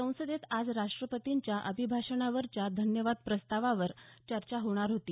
संसदेत आज राष्टपतींच्या अभिभाषणावरच्या धन्यवाद प्रस्तावावर चर्चा होणार होती